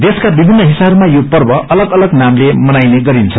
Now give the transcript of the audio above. देशका विभिन्न हिस्साहरूमा यो पर्व अतग अलग नाम्ले मनाइने गरिन्छ